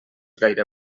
gaire